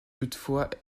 toutefois